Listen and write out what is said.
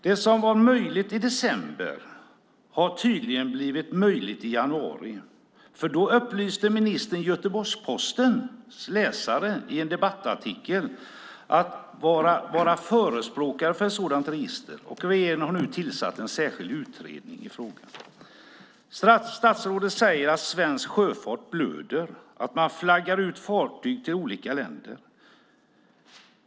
Det som inte var möjligt i december har tydligen blivit möjligt i januari, för då upplyste ministern i en debattartikel Göteborgs-Postens läsare om att hon var förespråkare för ett sådant register. Regeringen har nu tillsatt en särskild utredning i frågan. Statsrådet säger att svensk sjöfart blöder. Man flaggar ut fartyg till olika länder.